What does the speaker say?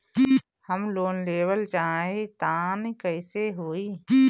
हम लोन लेवल चाह तानि कइसे होई?